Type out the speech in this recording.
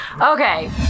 Okay